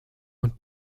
und